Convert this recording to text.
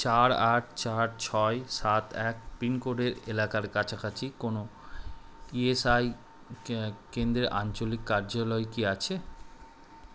চার আট চার ছয় সাত এক পিনকোডের এলাকার কাছাকাছি কোনও ই এস আই কেন্দ্র আঞ্চলিক কার্যালয় কি আছে